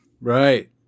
Right